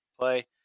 play